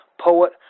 Poet